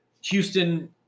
Houston